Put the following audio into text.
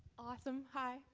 awesome, hi.